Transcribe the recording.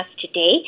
today